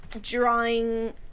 drawing